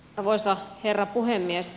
arvoisa herra puhemies